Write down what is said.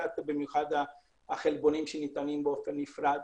במיוחד החלבונים שניתנים באופן נפרד.